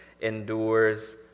endures